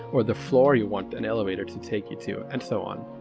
or the floor you want an elevator to take you to, and so on.